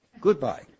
goodbye